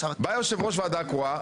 בא יושב ראש ועדה קרואה,